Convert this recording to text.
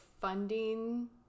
funding